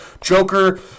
Joker